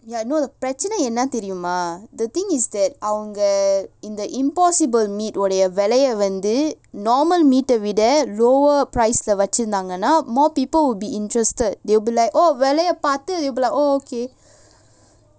ya no the பிரச்சனை என்னானு தெரியுமா:pirachchinai ennaanu theriyumaa the thing is that அவங்க:avanga in the impossible meat ஓட வெலய வந்து:oda velaya vanthu normal meat விட:vida lower price leh வச்சிருந்தாங்கன்னா:vachchirunthaangannaa more people will be interested they'll be like oh வெலய பாத்து:velaya paathuttu be like oh okay